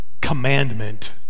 commandment